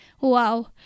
Wow